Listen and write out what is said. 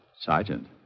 Sergeant